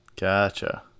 Gotcha